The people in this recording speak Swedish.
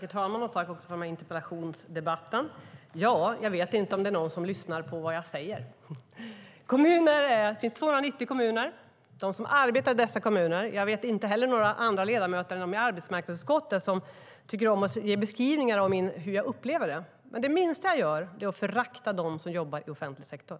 Herr talman! Tack för interpellationsdebatten! Jag vet inte om någon lyssnar på vad jag säger. Det finns 290 kommuner. Jag vet inte några andra ledamöter än dem i arbetsmarknadsutskottet som tycker om att ge beskrivningar av hur jag upplever det. Men det minsta jag gör är att förakta dem som jobbar i offentlig sektor,